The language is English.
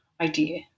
idea